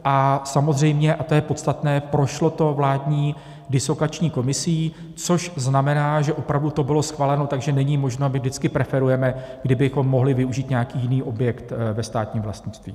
A samozřejmě, a to je podstatné, prošlo to vládní dislokační komisí, což znamená, že opravdu to bylo schváleno, takže není možno, a my vždycky preferujeme, kdybychom mohli využít nějaký jiný objekt ve státním vlastnictví.